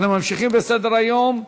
אנחנו ממשיכים בסדר-היום.